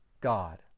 God